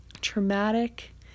traumatic